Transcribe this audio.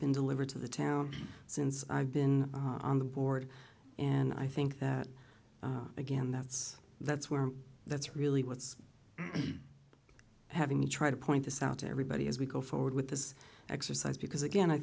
been delivered to the town since i've been on the board and i think that again that's that's where that's really what's having me try to point this out to everybody as we go forward with this exercise because again i